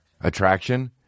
attraction